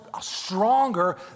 stronger